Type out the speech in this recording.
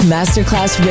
Masterclass